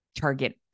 target